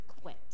quit